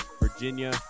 Virginia